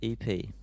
EP